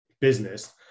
business